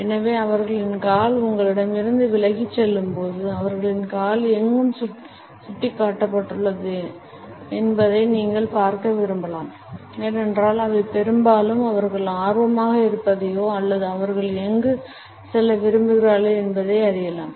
எனவே அவர்களின் கால் உங்களிடமிருந்து விலகிச் செல்லும்போது அவர்களின் கால் எங்கு சுட்டிக்காட்டப்பட்டுள்ளது என்பதை நீங்கள் பார்க்க விரும்பலாம் ஏனென்றால் அவை பெரும்பாலும் அவர்கள் ஆர்வமாக இருப்பதையோ அல்லது அவர்கள் எங்கு செல்ல விரும்புகிறார்கள் என்பதை அறியலாம்